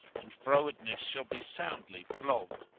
and frowardness shall be soundly flogged.